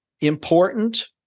important